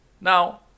now